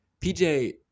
PJ